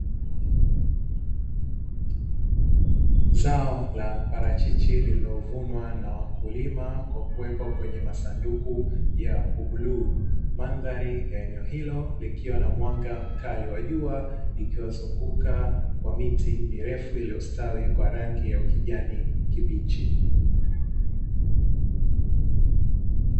Zao la parachichi lililovunwa na wakulima kwa kuwekwa kwenye masanduku ya bluu, mandhari ya eneo hilo likiwa na mwanga mkali wa jua likiwa zunguka kwa miti mirefu iliyostawi kwa rangi ya kijani kibichi.